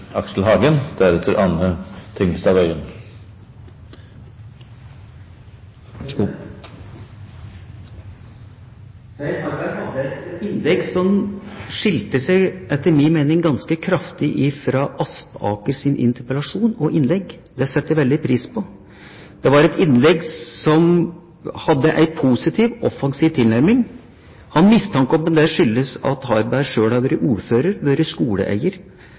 Svein Harberg holdt et innlegg som etter min mening skilte seg ganske kraftig ut fra Aspakers interpellasjon og innlegg. Det setter jeg veldig pris på. Det var et innlegg som hadde en positiv og offensiv tilnærming. Jeg har en mistanke om at det skyldes at Harberg selv har vært ordfører, har vært skoleeier.